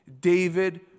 David